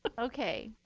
but ok.